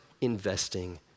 investing